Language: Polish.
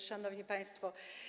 Szanowni Państwo!